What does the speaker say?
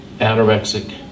anorexic